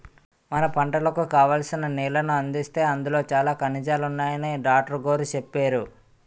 మన పంటలకు కావాల్సిన నీళ్ళను అందిస్తే అందులో చాలా ఖనిజాలున్నాయని డాట్రుగోరు చెప్పేరు